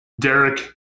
Derek